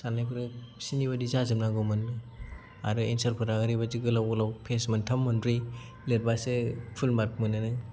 साननायफोरा बिसोरनि बायदि जाजोबनांगौमोन आरो एन्सारफोरा ओरैबायदि गोलाव गोलाव पेज मोन्थाम मोनब्रै लिरबासो फुल मार्क मोनोनो